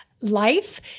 life